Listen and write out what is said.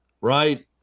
right